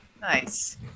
Nice